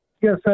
Yes